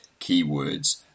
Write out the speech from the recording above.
keywords